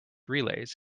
relays